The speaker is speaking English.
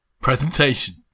Presentation